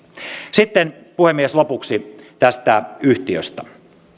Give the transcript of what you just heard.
sitten puhemies lopuksi tästä yhtiöstä